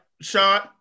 Sean